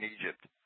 Egypt